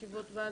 א,